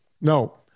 no